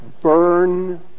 burn